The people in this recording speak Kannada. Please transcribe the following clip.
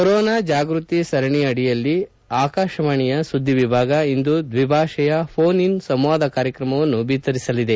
ಕೊರೋನಾ ಜಾಗೃತಿ ಸರಣಿ ಅಡಿಯಲ್ಲಿ ಆಕಾಶವಾಣಿಯ ಸುದ್ದಿ ವಿಭಾಗ ಇಂದು ದ್ವಿ ಭಾಷೆಯ ಘೋನ್ ಇನ್ ಸಂವಾದ ಕಾರ್ಯಕ್ರಮವನ್ನು ಬಿತ್ತರಿಸಲಿದೆ